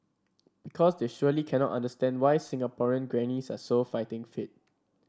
because they surely cannot understand why Singaporean grannies are so fighting fit